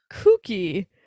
cookie